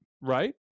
right